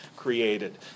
Created